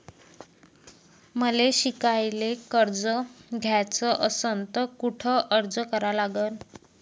मले शिकायले कर्ज घ्याच असन तर कुठ अर्ज करा लागन?